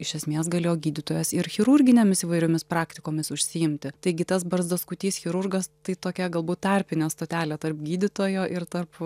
iš esmės galėjo gydytojas ir chirurginėmis įvairiomis praktikomis užsiimti taigi tas barzdaskutys chirurgas tai tokia galbūt tarpinė stotelė tarp gydytojo ir tarp